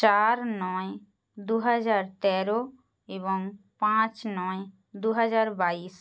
চার নয় দুহাজার তেরো এবং পাঁচ নয় দুহাজার বাইশ